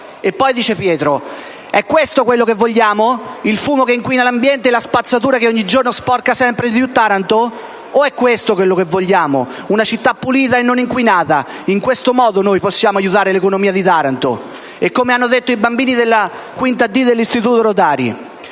Dice Pietro: «È questo quello che vogliamo? Il fumo che inquina l'ambiente e la spazzatura che ogni giorno sporca sempre di più Taranto? O è questo quello che vogliamo: una città pulita e non inquinata? In questo modo possiamo aiutare l'economia di Taranto». Hanno poi detto i bambini della 5a D dell'istituto Rodari: